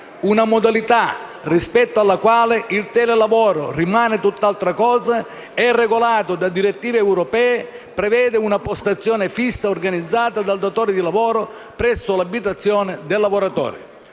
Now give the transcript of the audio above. una modalità rispetto alla quale il telelavoro rimane tutt'altra cosa, è regolata da direttive europee, prevede una postazione fissa organizzata dal datore di lavoro presso l'abitazione del lavoratore.